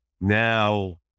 Now